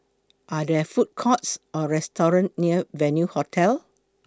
Are There Food Courts Or restaurants near Venue Hotel